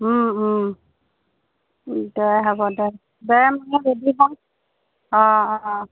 দে হ'ব দে দে মানে অঁ অঁ